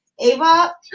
Ava